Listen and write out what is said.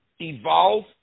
evolve